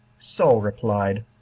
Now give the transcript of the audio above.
saul replied,